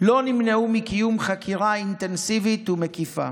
לא נמנעו מקיום חקירה אינטנסיבית ומקיפה,